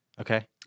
Okay